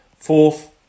Fourth